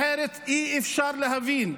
אחרת אי-אפשר להבין.